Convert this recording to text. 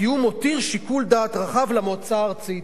כי הוא מותיר שיקול דעת רחב למועצה הארצית.